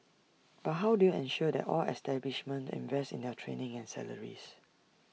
but how do you ensure that all establishments invest in their training and salaries